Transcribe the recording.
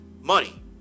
money